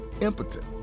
impotent